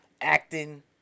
acting